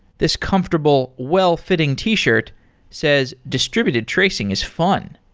this comfortable, well-fitting t-shirt says, distributed tracing is fun,